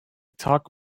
talk